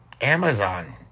Amazon